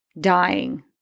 dying